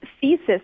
thesis